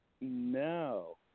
No